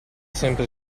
sempre